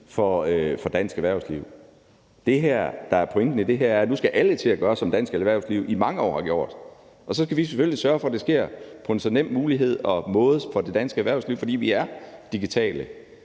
for dansk erhvervsliv. Det, der er pointen i det her, er, at nu skal alle til at gøre, som dansk erhvervsliv i mange år har gjort, og så skal vi selvfølgelig sørge for, at det sker på en så nem måde som muligt for det danske erhvervsliv, fordi vi er digitale.